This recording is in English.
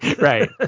Right